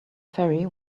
ferry